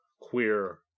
queer